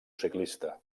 ciclista